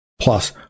Plus